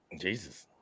Jesus